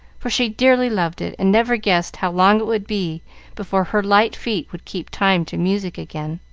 for she dearly loved it, and never guessed how long it would be before her light feet would keep time to music again.